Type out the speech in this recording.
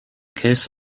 case